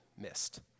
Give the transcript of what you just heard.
missed